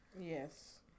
Yes